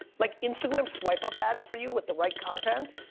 like, instagram swipe-up ads for you with the right content,